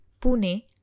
Pune